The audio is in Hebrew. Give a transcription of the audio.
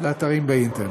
לאתרים באינטרנט.